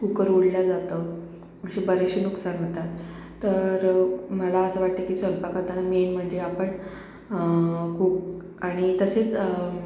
cooker उडल्या जातं असे बरेचसे नुकसान होतात तर मला असं वाटते की स्वयंपाक करतांना मेन म्हणजे आपण खूप आणि तसेच